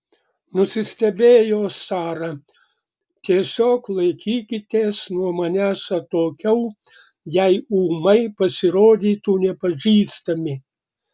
nusistebėjo sara tiesiog laikykitės nuo manęs atokiau jei ūmai pasirodytų nepažįstami